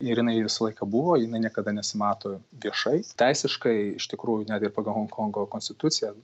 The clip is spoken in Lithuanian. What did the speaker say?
ir jinai visą laiką buvo jinai niekada nesimato viešai teisiškai iš tikrųjų net ir pagal honkongo konstituciją